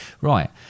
Right